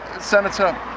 Senator